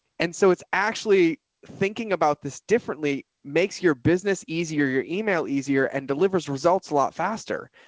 and so it's actually thinking about this differently, makes your business easier, your email easier and delivers results a lot faster.